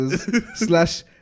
slash